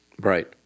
Right